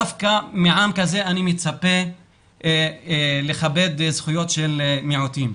דווקא מעם כזה אני מצפה לכבד זכויות של מיעוטים.